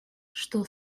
что